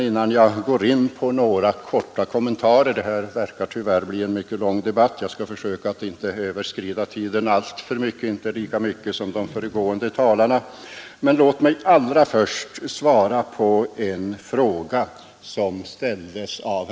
Innan jag går in på några korta kommentarer i anledning av vad som sagts tidigare vill jag allra först svara på en fråga som ställdes av herr Olsson i Stockholm — detta verkar tyvärr bli en mycket lång debatt, men jag skall försöka att inte överskrida tiden alltför mycket och i varje fall inte lika mycket som de föregående talarna.